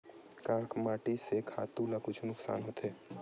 का माटी से खातु ला कुछु नुकसान होथे?